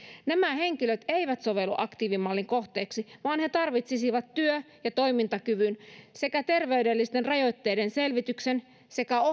nämä henkilöt eivät sovellu aktiivimallin kohteeksi vaan he tarvitsisivat työ ja toimintakyvyn sekä terveydellisten rajoitteiden selvityksen sekä ohjauksen